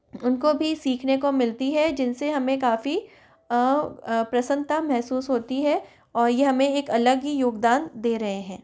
उनको भी सीखने को मिलती हैं जिनसे हमें काफ़ी प्रसन्नता महसूस होती है और ये हमें एक अलग ही योगदान दे रहे हैं